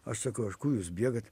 aš sakau aš ko jūs biegat